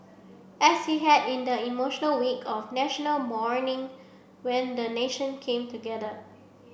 as he had in the emotional week of National Mourning when the nation came together